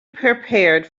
prepared